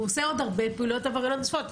הוא עושה עוד הרבה פעולות עברייניות נוספות.